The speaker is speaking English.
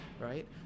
right